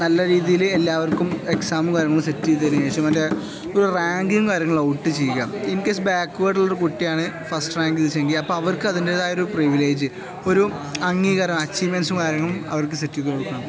നല്ല രീതിയില് എല്ലാവർക്കും എക്സാമും കാര്യങ്ങളും സെറ്റ് ചെയ്തതിനുശേഷം മറ്റേ ഒരു റാങ്കും കാര്യങ്ങളും ഔട്ട് ചെയ്യുക ഇൻകേസ് ബാക്ക്വേർഡിലുള്ള ഒരു കുട്ടിയാണ് ഫസ്റ്റ് റാങ്ക് കിട്ടിയതെങ്കില് അപ്പോള് അവർക്കതിൻ്റെതായ ഒരു പ്രിവിലേജ് ഒരു അംഗീകാരം അച്ചീവ്മെൻറ്സും കാര്യങ്ങളും അവർക്ക് സെറ്റ് ചെയ്തുകൊടുക്കണം